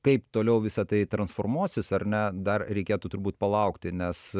kaip toliau visa tai transformuosis ar ne dar reikėtų turbūt palaukti nes